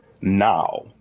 now